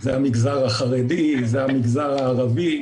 זה המגזר החרדי, זה המגזר הערבי.